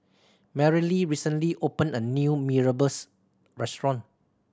Mareli recently opened a new Mee Rebus restaurant